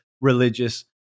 religious